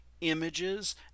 images